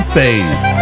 Phase